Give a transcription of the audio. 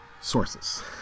sources